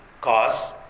cause